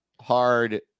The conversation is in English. hard